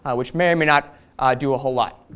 ah which may or may not do a whole lot.